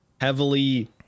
heavily